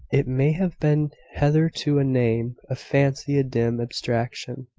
it may have been hitherto a name, a fancy, a dim abstraction,